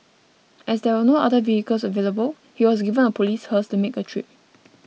as there were no other vehicles available he was given a police hearse to make the trip